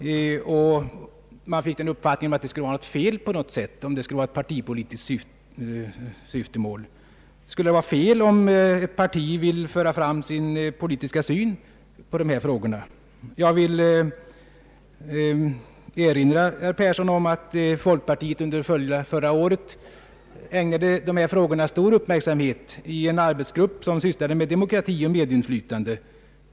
Man fick den uppfattningen att det skulle vara något fel om ett partipolitiskt syfte låg bakom. Skulle det vara fel om ett parti vill föra fram sin politiska syn på dessa frågor? Jag vill erinra herr Yngve Persson om att folkpartiet förra året ägnade dessa frågor stor uppmärksamhet i en arbetsgrupp, som sysslade med demokrati och medinflytande.